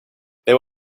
there